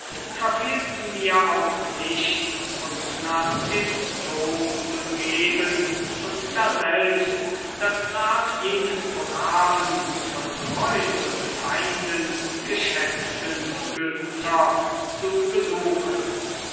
verfehlten wir auch nicht uns nach dem dom zu begeben und daselbst das grab jenes braven von freund und feinden geschätzten günther zu besuchen